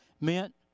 meant